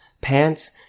pants